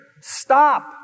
stop